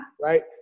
right